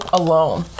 alone